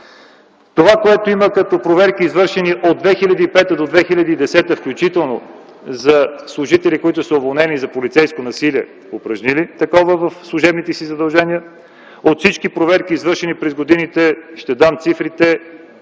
Това, което има като извършени проверки от 2005 г. до 2010 г., включително за служители, уволнени за полицейско насилие, които са упражнили такова в служебните си задължения, от всички проверки, извършени през годините, ще дам цифрите,